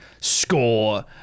score